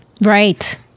Right